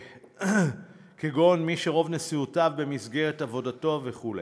כגון מי שרוב נסיעותיו במסגרת עבודתו וכו'.